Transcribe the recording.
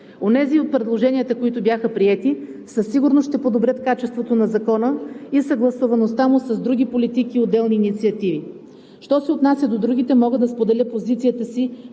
Онези от предложенията, които бяха приети, със сигурност ще подобрят качеството на Закона и съгласуваността му с други политики и отделни инициативи. Що се отнася до другите, мога да споделя позицията си